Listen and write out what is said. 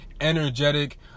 energetic